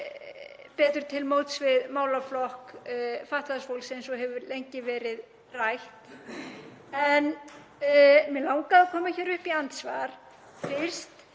betur til móts við málaflokk fatlaðs fólks eins og hefur lengi verið rætt. En mig langaði að koma upp í andsvar fyrst